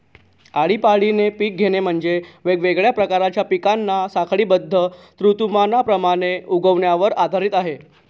आळीपाळीने पिक घेणे म्हणजे, वेगवेगळ्या प्रकारच्या पिकांना साखळीबद्ध ऋतुमानाप्रमाणे उगवण्यावर आधारित आहे